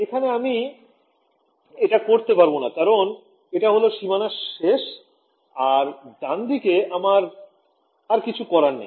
এখানে আমি এটা করতে পারবো না কারণ এটা হল সীমানার শেষ আর এর ডানদিকে আমার আর কিছু করার নেই